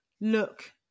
look